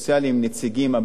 נציגים הביתה,